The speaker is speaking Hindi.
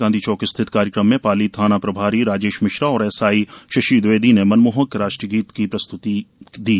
गांधी चौक स्थित कार्यक्रम में पाली थाना प्रभारी राजेश मिश्रा और एएसआई शशि दविवेदी ने मनमोहक राष्ट्रगीत की प्रस्तुति दी